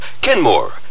Kenmore